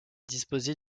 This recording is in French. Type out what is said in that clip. disposait